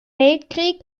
weltkrieg